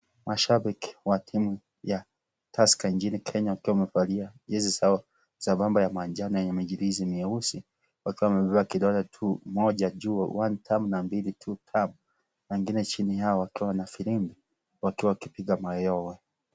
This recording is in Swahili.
Mashabiki wa timu ya Tusker nchini kenya wakiwa wamevali jezi zao za bamba manjano yenye michirizi mieusi, wakiwa wamebeba kidole moja juu wantam na mbili tutam na wengine chini yao wakiwa na virimbi wakiwa wakipiga mayowe.